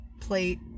plate